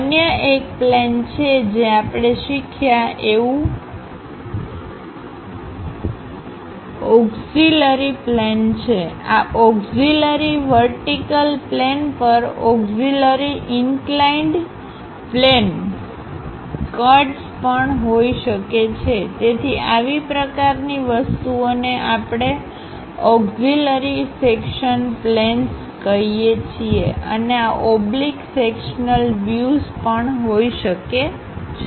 અન્ય એક પ્લેન છે જે આપણે શીખ્યા એવુ ઓસ્ઝિલરી પ્લેન છે આ ઓક્ઝિલરી વર્ટિકલ પ્લેન પર ઓક્ઝિલરી ઇન્ક્લાઇન્ડ પ્લેન કટ્સ પણ હોઇ શકે છેતેથી આવી પ્રકારની વસ્તુઓ ને આપણે ઓક્ઝિલરી સેક્શનપ્લેન્સ કહીએ છીએ અને ઓબ્લિક સેક્શનલ વ્યુઝ પણ હોઇ શકે છે